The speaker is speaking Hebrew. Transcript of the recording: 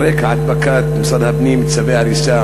על רקע הדבקת צווי הריסה